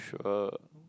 sure